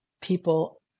people